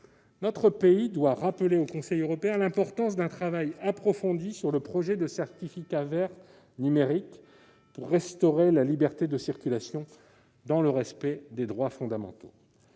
notre pays doit rappeler au Conseil européen l'importance d'un travail approfondi sur le projet de certificat vert numérique pour restaurer la liberté de circulation dans le respect des droits fondamentaux.